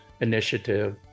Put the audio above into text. initiative